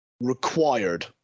required